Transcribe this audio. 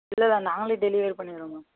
இல்லை இல்லை நாங்களே டெலிவரி பண்ணிடுவோம் மேம்